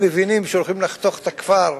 הם מבינים שהולכים לחתוך את הכפר,